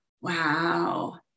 wow